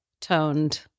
toned